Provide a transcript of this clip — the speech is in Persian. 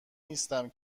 نیستم